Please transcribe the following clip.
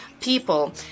people